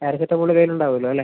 paracetamol കയ്യിൽ ഉണ്ടാകുംല്ലോ അല്ലേ